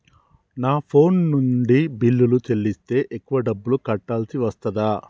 నా ఫోన్ నుండి బిల్లులు చెల్లిస్తే ఎక్కువ డబ్బులు కట్టాల్సి వస్తదా?